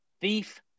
thief